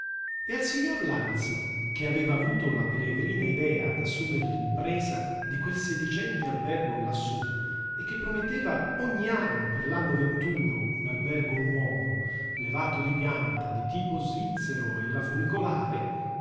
e al signor lanzi che aveva avuto la peregrina idea d'assumer l'impresa di quel sedicente albergo lassú e che prometteva ogni anno per l'anno venturo un albergo nuovo levato di pianta di tipo svizzero e la funicolare